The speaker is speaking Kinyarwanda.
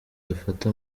dufate